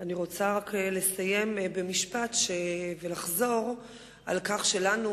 אני רק רוצה לסיים במשפט ולחזור על כך שלנו,